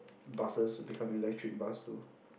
buses will become electric bus though